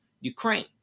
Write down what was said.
Ukraine